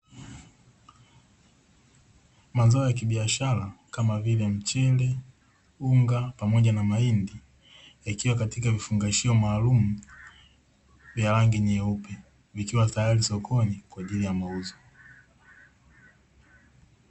Mazao ya kibiashara kama vile mchele, unga pamoja na mahindi yakiwa katika vifungashio maalumu vya rangi nyeupe vikiwa tayari sokoni kwa ajili ya mauzo.